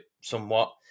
somewhat